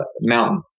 mountain